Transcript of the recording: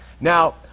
Now